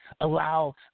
Allow